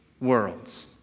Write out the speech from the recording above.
worlds